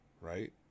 right